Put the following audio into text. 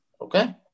Okay